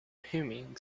humming